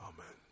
Amen